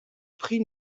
prix